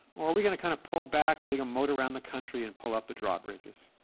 or are we going to kind of pull back, dig a moat around the country, and pull up the drawbridges?